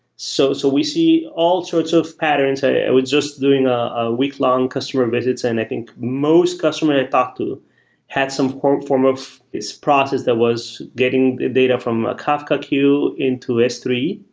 so so we see all sorts of patterns. i was just doing ah a week-long customer visits, and i think most customer i talk to had some form form of this process that was getting data from a kafka queue into s three.